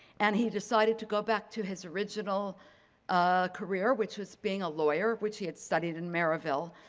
and he decided to go back to his original ah career, which was being a lawyer, which he had studied in maryville.